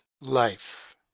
life